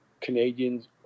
Canadians